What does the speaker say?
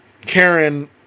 Karen